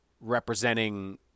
representing